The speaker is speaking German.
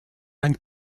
ein